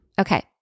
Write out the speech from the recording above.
Okay